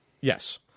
Yes